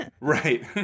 right